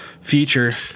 feature